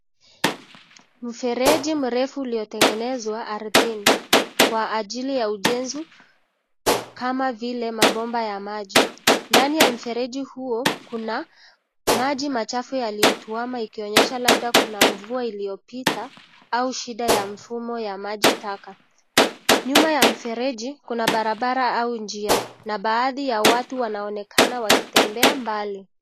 Mfereji mrefu iliyotengenezwa ardhini kwa ajili ya ujenzi kama vile mabomba ya maji ndani ya mfereji huo, kuna maji machafu yaliyokwama ikionyesha labda kuna mvua iliopita au shida ya mfumo ya maji taka. Nyuma ya mfereji kuna barabara au njia na baadhii ya watu wanaonekana wakitembea mbali.